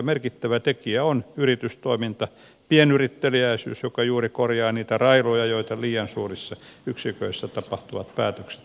merkittävä tekijä on yritystoiminta pienyritte liäisyys joka juuri korjaa niitä railoja joita liian suurissa yksiköissä tapahtuvat päätökset aiheuttavat